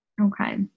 Okay